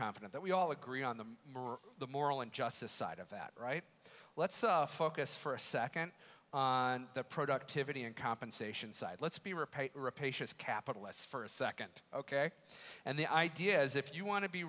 confident that we all agree on the more the moral and justice side of that right let's focus for a second on the productivity and compensation side let's be repayed rapacious capitalists for a second ok and the idea is if you want to be